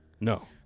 No